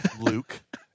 Luke